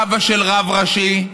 אבא של רב ראשי,